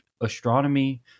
astronomy